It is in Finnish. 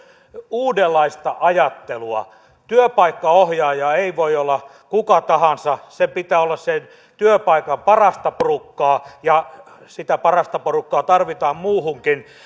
uudenlaista ajattelua työpaikkaohjaaja ei voi olla kuka tahansa sen pitää olla sen työpaikan parasta porukkaa ja sitä parasta porukkaa tarvitaan muuhunkin